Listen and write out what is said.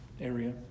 area